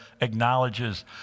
acknowledges